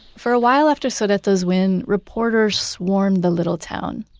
for a while after sodeto's win, reporters swarmed the little town.